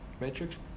Matrix